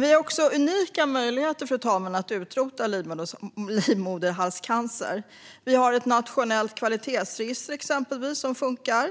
Vi har också unika möjligheter att utrota livmoderhalscancer, fru talman. Vi har exempelvis ett nationellt kvalitetsregister som funkar.